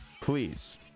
please